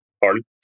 Pardon